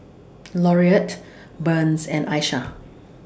Laurette Burns and Isiah